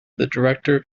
director